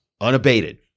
unabated